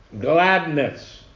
gladness